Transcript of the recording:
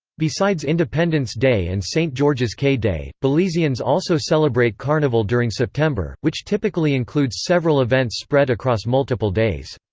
besides independence day and st. george's caye day, belizeans also celebrate carnival during september, which typically includes several events spread across multiple days.